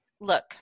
look